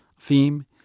theme